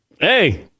hey